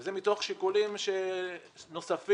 וזה מתוך שיקולים נוספים